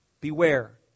beware